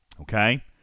okay